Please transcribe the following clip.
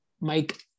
Mike